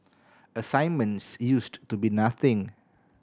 assignments used to be nothing